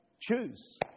Choose